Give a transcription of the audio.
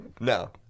No